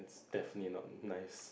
definitely not nice